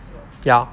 ya